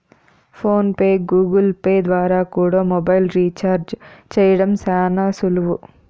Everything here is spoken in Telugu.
ఫోన్ పే, గూగుల్పే ద్వారా కూడా మొబైల్ రీచార్జ్ చేయడం శానా సులువు